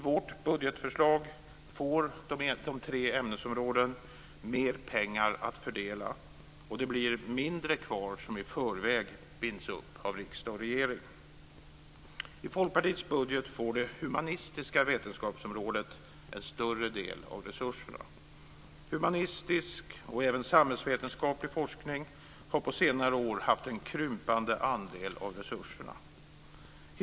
I vårt budgetförslag får de tre ämnesråden mer pengar att fördela och det blir mindre kvar som i förväg binds upp av riksdag och regering. I Folkpartiets budget får det humanistiska vetenskapsområdet en större del av resurserna. Humanistisk och även samhällsvetenskaplig forskning har under senare år fått en krympande andel av resurserna.